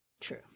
True